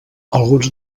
alguns